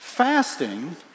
fasting